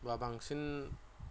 बा बांसिन